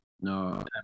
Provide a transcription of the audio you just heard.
no